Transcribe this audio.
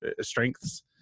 strengths